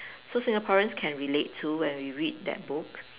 so Singaporeans can relate to when we read that book